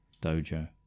dojo